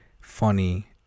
funny